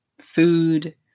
food